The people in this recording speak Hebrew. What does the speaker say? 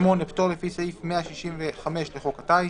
(8)פטור לפי סעיף 165 לחוק הטיס,